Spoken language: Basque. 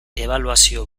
ebaluazio